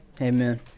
Amen